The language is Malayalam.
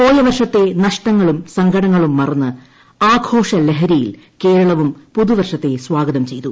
പോയവിർഷ്ടത്തെ നഷ്ടങ്ങളും സങ്കടങ്ങളും മറന്ന് ആഘോഷല്ഹ്രിയിൽ കേരളവും പുതുവർഷത്തെ സ്വാഗതം ചെയ്തു